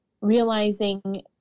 realizing